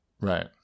Right